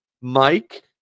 Mike